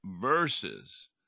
verses